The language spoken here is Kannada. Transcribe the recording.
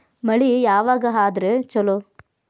ಮಳಿ ಯಾವಾಗ ಆದರೆ ಛಲೋ?